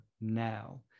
now